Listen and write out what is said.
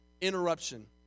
interruption